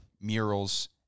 murals